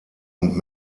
und